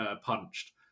punched